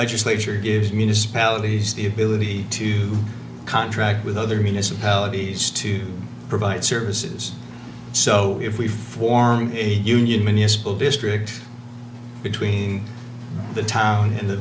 legislature gives municipalities the ability to contract with other municipalities to provide services so if we form a union mini a school district between the town and the